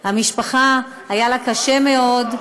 המשפחה, היה לה קשה מאוד,